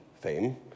fame